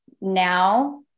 now